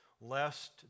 Lest